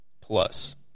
plus